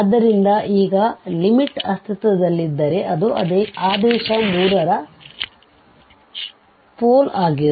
ಆದ್ದರಿಂದ ಈಗ ಲಿಮಿಟ್ ಅಸ್ತಿತ್ವದಲ್ಲಿದ್ದರೆ ಅದು ಆದೇಶ 3 ರ ಪೋಲ್ ಆಗಿರುವುದು